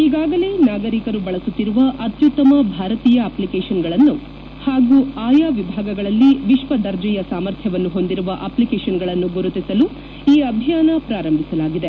ಈಗಾಗಲೇ ನಾಗರಿಕರು ಬಳಸುತ್ತಿರುವ ಅತ್ಯುತ್ತಮ ಭಾರತೀಯ ಅಖ್ಲಿಕೇಷನ್ಸ್ಗಳನ್ನು ಹಾಗೂ ಆಯಾ ವಿಭಾಗಗಳಲ್ಲಿ ವಿಶ್ವ ದರ್ಜೆಯ ಸಾಮರ್ಥ್ಲವನ್ನು ಹೊಂದಿರುವ ಅಷ್ಲಿಕೇಷನ್ಗಳನ್ನು ಗುರುತಿಸಲು ಈ ಅಭಿಯಾನ ಪ್ರಾರಂಭಿಸಲಾಗಿದೆ